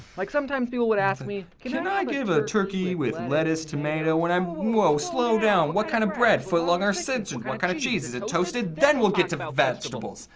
like sometimes people would ask me. can i get a turkey with lettuce, tomato. and i'm whoa, slow down. what kind of bread? foot long or six inch? and what kind of cheese? is it toasted? then we'll get to but vegetables.